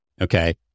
okay